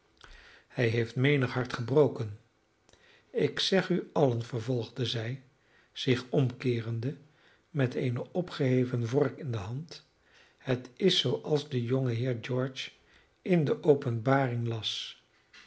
hij heeft menig hart gebroken ik zeg u allen vervolgde zij zich omkeerende met eene opgeheven vork in de hand het is zooals de jongeheer george in de openbaring las zielen